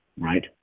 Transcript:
Right